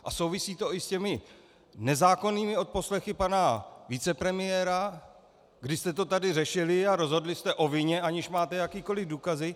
A souvisí to i s těmi nezákonnými odposlechy pana vicepremiéra, kdy jste to tady řešili a rozhodli jste o vině, aniž máte jakékoliv důkazy.